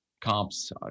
comps